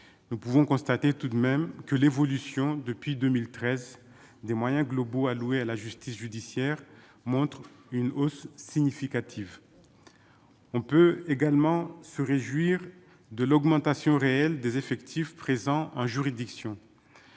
nous pouvons constater tout de même que l'évolution depuis 2013, des moyens globaux alloués à la justice judiciaire montrent une hausse significative, on peut également se réjouir de l'augmentation réelle des effectifs présents un juridiction